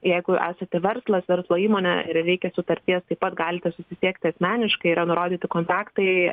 jeigu esate verslas verslo įmonė ir reikia sutarties taip pat galite susisiekti asmeniškai yra nurodyti kontaktai